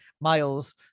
Miles